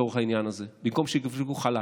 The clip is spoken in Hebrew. לצורך העניין הזה במקום שיהיו בחל"ת.